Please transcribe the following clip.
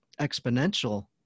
exponential